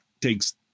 takes